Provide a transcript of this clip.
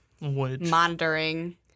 monitoring